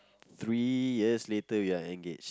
three years later we are engaged